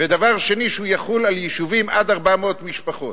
ודבר שני, שהוא יחול על יישובים עד 400 משפחות,